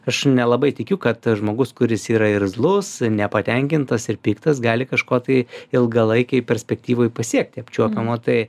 aš nelabai tikiu kad žmogus kuris yra irzlus nepatenkintas ir piktas gali kažko tai ilgalaikėj perspektyvoj pasiekti apčiuopiamo tai